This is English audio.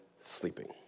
sleeping